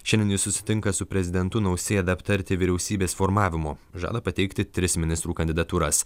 šiandien jis susitinka su prezidentu nausėda aptarti vyriausybės formavimo žada pateikti tris ministrų kandidatūras